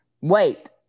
Wait